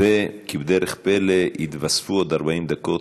וזה לא נמצא רק בידי משרד הבריאות.